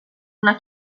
una